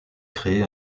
créé